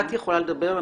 את יכולה לדבר,